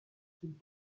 keep